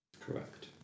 correct